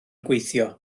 gweithio